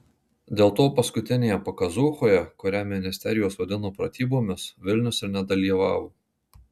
dėl to paskutinėje pakazūchoje kurią ministerijos vadino pratybomis vilnius ir nedalyvavo